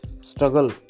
struggle